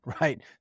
right